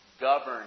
govern